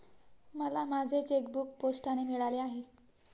मला माझे चेकबूक पोस्टाने मिळाले आहे